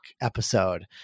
episode